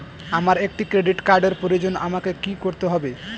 আমার একটি ক্রেডিট কার্ডের প্রয়োজন আমাকে কি করতে হবে?